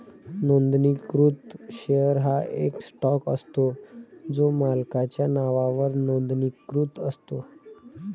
नोंदणीकृत शेअर हा एक स्टॉक असतो जो मालकाच्या नावावर नोंदणीकृत असतो